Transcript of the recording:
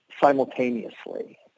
simultaneously